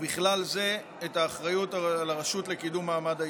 ובכלל זה את האחריות על הרשות לקידום מעמד האישה.